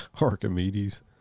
Archimedes